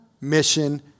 mission